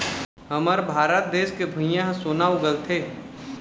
हमर भारत देस के भुंइयाँ ह सोना उगलथे